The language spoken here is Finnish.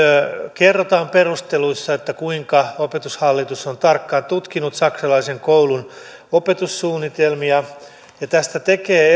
kerrotaan perusteluissa kuinka opetushallitus on tarkkaan tutkinut saksalaisen koulun opetussuunnitelmia ja tästä laista tekee